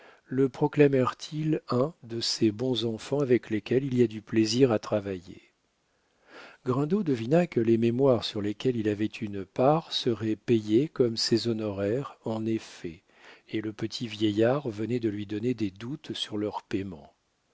le proclamèrent ils un de ces bons enfants avec lesquels il y a du plaisir à travailler grindot devina que les mémoires sur lesquels il avait une part seraient payés comme ses honoraires en effets et le petit vieillard venait de lui donner des doutes sur leur paiement